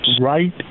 right